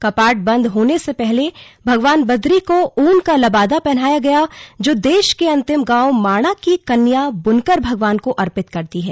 कपाट बंद होने से पहले भगवान बदरी को ऊन का लबादा पहनाया गया जो देश के अंतिम गांव माणा की कन्या ब्नकर भगवान को अर्पित करती हैं